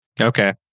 Okay